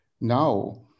now